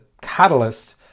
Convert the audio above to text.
catalyst